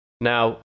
Now